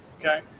Okay